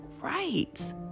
right